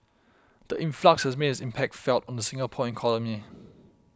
the influx has made its impact felt on the Singapore economy